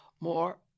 More